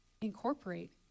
incorporate